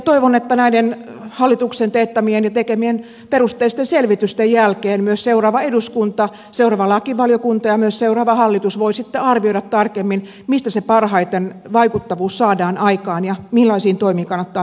toivon että näiden hallituksen teettämien ja tekemien perusteellisten selvitysten jälkeen myös seuraava eduskunta seuraava lakivaliokunta ja myös seuraava hallitus voivat sitten arvioida tarkemmin mistä se vaikuttavuus parhaiten saadaan aikaan ja millaisiin toimiin kannattaa ryhtyä